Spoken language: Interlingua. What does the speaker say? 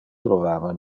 trovava